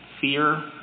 fear